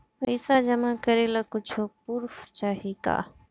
पैसा जमा करे ला कुछु पूर्फ चाहि का?